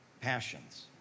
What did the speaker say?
passions